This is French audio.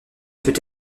peut